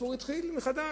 והסיפור התחיל מחדש.